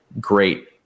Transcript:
great